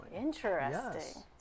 Interesting